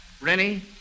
Rennie